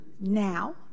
now